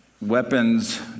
weapons